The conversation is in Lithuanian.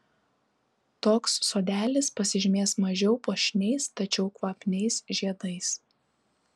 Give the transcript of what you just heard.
toks sodelis pasižymės mažiau puošniais tačiau kvapniais žiedais